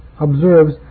observes